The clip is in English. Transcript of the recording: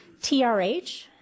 TRH